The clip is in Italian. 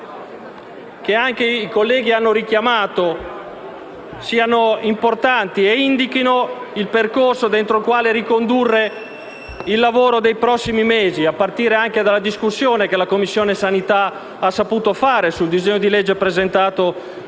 che anche i colleghi hanno richiamato, siano importanti e indichino il percorso cui ricondurre il lavoro dei prossimi mesi, a partire dalla discussione che la Commissione igiene e sanità ha saputo svolgere sul disegno di legge presentato